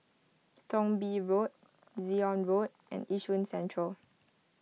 Thong Bee Road Zion Road and Yishun Central